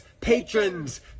patrons